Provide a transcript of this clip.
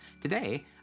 Today